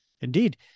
Indeed